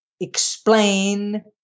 explain